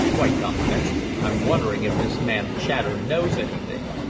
quite confidentially, i'm wondering if this man chater knows anything.